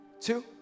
Two